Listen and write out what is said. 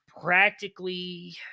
practically